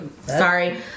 Sorry